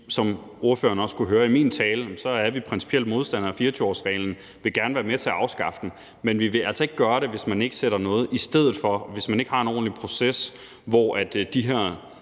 som ordføreren også kunne høre i min tale, er vi principielt modstandere af 24-årsreglen og vil gerne være med til at afskaffe den, men vi vil altså ikke gøre det, hvis man ikke sætter noget i stedet for, hvis man ikke har en ordentlig proces, og hvor de her